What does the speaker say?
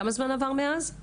כמה זמן עבר מאז?